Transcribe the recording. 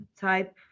type